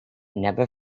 never